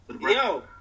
Yo